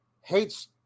hates